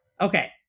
Okay